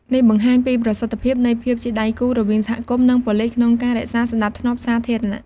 នេះបង្ហាញពីប្រសិទ្ធភាពនៃភាពជាដៃគូរវាងសហគមន៍ និងប៉ូលិសក្នុងការរក្សាសណ្តាប់ធ្នាប់សាធារណៈ។